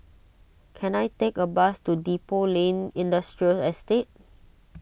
can I take a bus to Depot Lane Industrial Estate